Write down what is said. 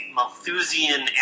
Malthusian